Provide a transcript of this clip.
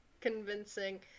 convincing